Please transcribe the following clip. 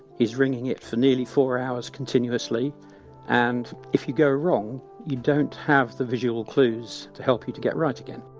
he's ringing it for nearly four hours continuously and if you go wrong you don't have the visual clues to help you to get right again